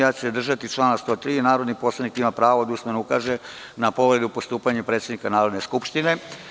Ja ću se držati člana 103 – narodni poslanik ima pravo da usmeno ukaže na povredu u postupanju predsednika Narodne skupštine.